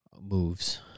moves